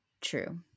True